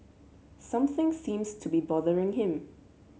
something seems to be bothering him